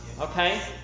Okay